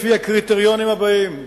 לפי הקריטריונים הבאים: